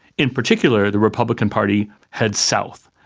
in particular the republican party heads south,